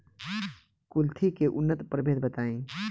कुलथी के उन्नत प्रभेद बताई?